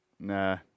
Nah